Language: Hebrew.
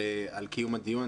על קיום הדיון.